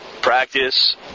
practice